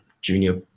junior